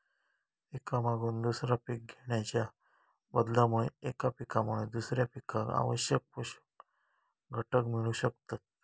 एका मागून दुसरा पीक घेणाच्या बदलामुळे एका पिकामुळे दुसऱ्या पिकाक आवश्यक पोषक घटक मिळू शकतत